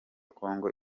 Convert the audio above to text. congo